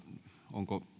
onko